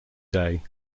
day